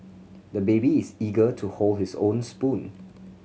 the baby is eager to hold his own spoon